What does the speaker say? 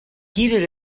heated